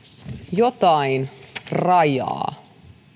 jotain rajaa